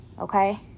okay